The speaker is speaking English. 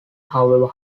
however